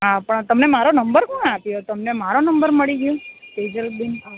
હા પણ તમને મારો નંબર કોણે આપ્યો તમને મારો નંબર મળી ગયો તેજલ બેન